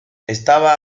estaba